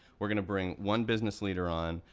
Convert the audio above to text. we're gonna bring one business leader on,